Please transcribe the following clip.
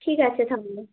ঠিক আছে তাহলে